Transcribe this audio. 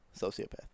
Sociopath